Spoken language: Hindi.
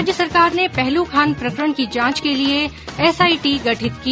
राज्य सरकार ने पहलू खान प्रकरण की जांच के लिये एसआईटी गठित की